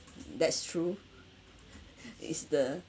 that's true is the